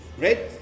right